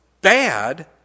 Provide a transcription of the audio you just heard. bad